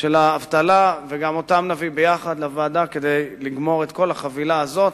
של האבטלה, כדי לגמור את כל החבילה הזאת.